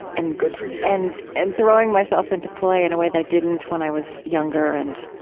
and, good for you, and and throwing myself into play in a way that i didn't when i was younger and,